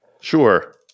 sure